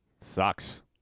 sucks